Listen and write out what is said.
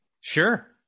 Sure